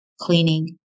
cleaning